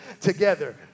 together